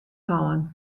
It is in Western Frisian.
hân